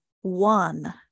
one